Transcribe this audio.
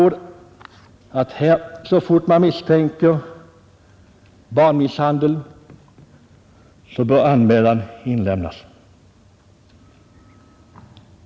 Så fort man misstänker barnmisshandel bör anmälan inlämnas.